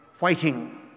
waiting